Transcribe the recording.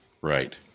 right